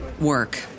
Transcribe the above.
work